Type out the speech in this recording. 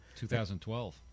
2012